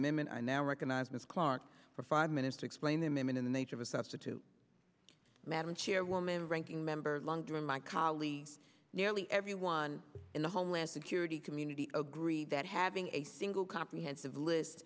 amendment i now recognize miss clarke for five minutes to explain them in the nature of a substitute madam chairwoman ranking member long during my colleagues nearly everyone in the homeland security community agree that having a single comprehensive list